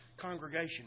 congregation